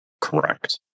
correct